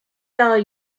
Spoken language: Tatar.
ягы